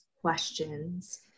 questions